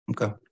okay